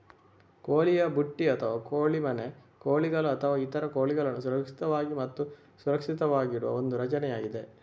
ಕೋಳಿಯ ಬುಟ್ಟಿ ಅಥವಾ ಕೋಳಿ ಮನೆ ಕೋಳಿಗಳು ಅಥವಾ ಇತರ ಕೋಳಿಗಳನ್ನು ಸುರಕ್ಷಿತವಾಗಿ ಮತ್ತು ಸುರಕ್ಷಿತವಾಗಿಡುವ ಒಂದು ರಚನೆಯಾಗಿದೆ